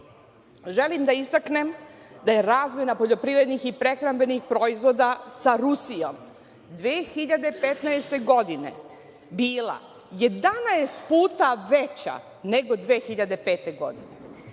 da istaknem da je razmena poljoprivrednih prehrambenih proizvoda sa Rusijom 2015. godine bila 11 puta veća nego 2005. godine.